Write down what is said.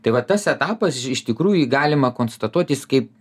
tai va tas etapas iš tikrųjų jį galima konstatuot jis kaip